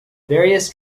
various